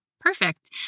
Perfect